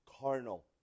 carnal